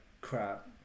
crap